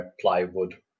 plywood